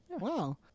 Wow